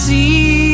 See